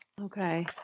Okay